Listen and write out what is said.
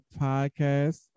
Podcast